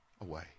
away